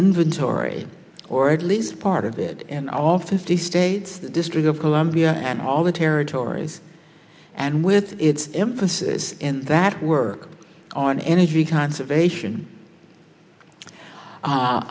inventory or at least part of it in all fifty states the district of columbia and all the territories and with its emphasis in that work on energy conservation a